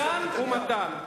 מתן ומתן.